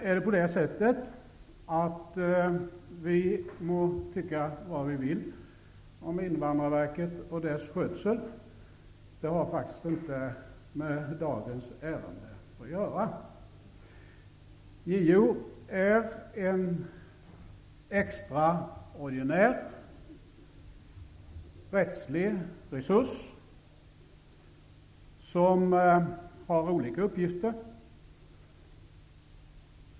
Nu må vi tycka vad vi vill om Invandrarverket och dess skötsel, men det har faktiskt inte med dagens ärende att göra. JO är en extraordinär rättslig resurs som har olika uppgifter.